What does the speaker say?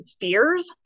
fears